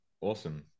Awesome